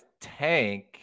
tank